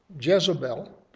Jezebel